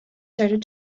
started